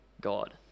God